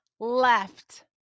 left